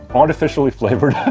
artificially flavored